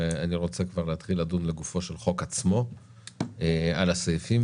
ואני רוצה כבר להתחיל לדון לגופו של חוק עצמו על הסעיפים.